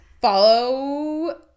Follow